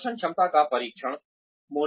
प्रदर्शनक्षमता का परीक्षण Performance analysis